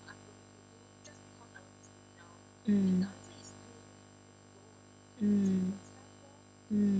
mm mm mm